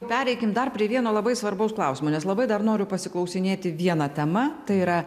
pereikim dar prie vieno labai svarbaus klausimo nes labai dar noriu pasiklausinėti viena tema tai yra